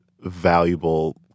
valuable